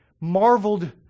marveled